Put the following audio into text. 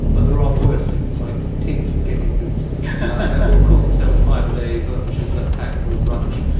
but there are worse things, like tinned spaghetti hoops that will call themselves five-a-day but which are just packed full of rubbish.